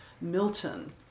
Milton